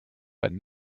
but